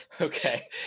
okay